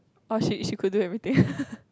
oh she she could do everything